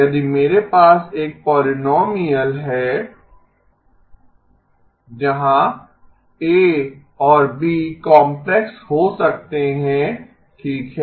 यदि मेरे पास एक पोलिनोमियल है H zb z−1 जहां a और b काम्प्लेक्स हो सकते हैं ठीक है